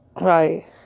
Right